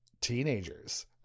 teenagers